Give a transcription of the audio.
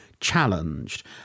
challenged